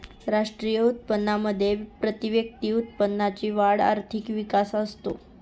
राष्ट्रीय उत्पन्नामध्ये प्रतिव्यक्ती उत्पन्नाची वाढ आर्थिक विकास असतो